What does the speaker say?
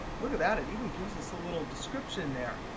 look at that, it even gives us a little description there.